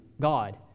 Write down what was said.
God